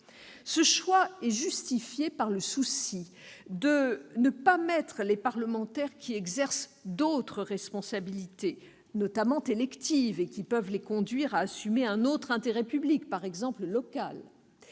Ce choix est justifié par le souci de ne pas mettre les parlementaires exerçant d'autres responsabilités, notamment électives, les conduisant à assumer un autre intérêt public, par exemple local,